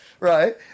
Right